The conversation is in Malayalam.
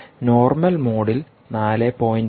നോർമൽ മോഡിൽ 4